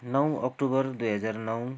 नौ अक्टोबर दुई हजार नौ